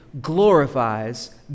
glorifies